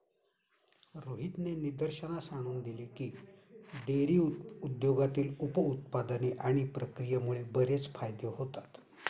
रोहितने निदर्शनास आणून दिले की, डेअरी उद्योगातील उप उत्पादने आणि प्रक्रियेमुळे बरेच फायदे होतात